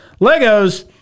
Legos